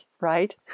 right